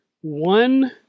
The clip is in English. one